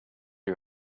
you